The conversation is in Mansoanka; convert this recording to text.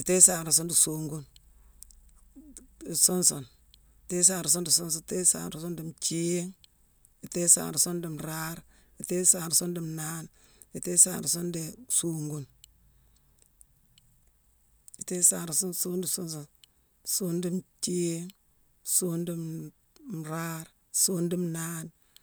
itééghi sanrasongh dii songune, suun sune, itééghi sanrasongh dii suun sune, itééghi sanrasongh dii nthiigh, itééghi sanrasoongh dii nraare, itééghi sanrasongh dii nnaane, itééghi sanrasongh dii songune, itééghi sanrasongh songune dii suun sune, songune dii nthiigh, songune dii nraare, songune dii naane